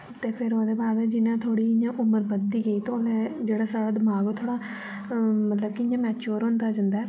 ते फिर ओह्दे बाद जियां थोह्ड़ी इ'यां उमर बद्ध दी गेई ते उसलै जेह्ड़ा साढ़ा दमाग हा ओह् थोह्ड़ा मतलब कि इ'यां मेच्योर होंदा जंदा ऐ